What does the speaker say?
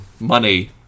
money